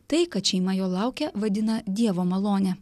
tai kad šeima jo laukia vadina dievo malone